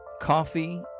Coffee